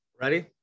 Ready